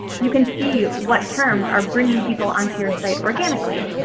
you can see what terms are bringing people onto your site organically,